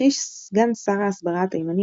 הכחיש סגן שר ההסברה התימני,